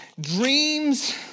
dreams